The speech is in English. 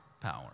power